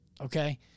Okay